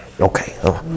okay